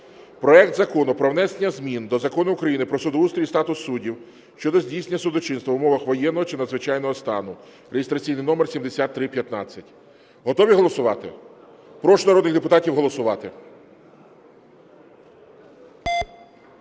проект Закону про внесення змін до Закону України "Про судоустрій і статус суддів" щодо здійснення судочинства в умовах воєнного чи надзвичайного стану (реєстраційний номер 7315). Готові голосувати? Прошу народних депутатів голосувати.